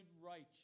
righteous